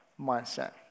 mindset